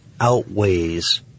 outweighs